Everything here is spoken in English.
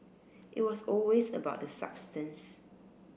it was always about the substance